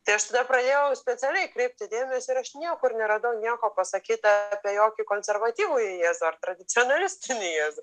tai aš tada praėjau specialiai kreipti dėmesį ir aš niekur neradau nieko pasakyta apie jokį konservatyvųjį jėzų ar tradicionalistinį jėzų